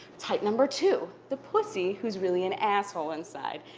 type number two. the pussy who's really an asshole inside.